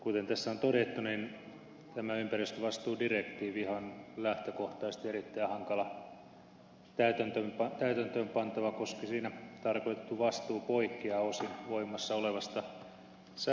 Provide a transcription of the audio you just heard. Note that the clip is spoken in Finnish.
kuten tässä on todettu niin tämä ympäristövastuudirektiivihän on lähtökohtaisesti erittäin hankala täytäntöönpantava koska siinä tarkoitettu vastuu poikkeaa osin voimassa olevasta säätelystämme